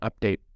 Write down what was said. update